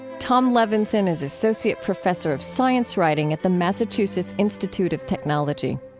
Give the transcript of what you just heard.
tom levenson is associate professor of science writing at the massachusetts institute of technology